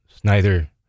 Snyder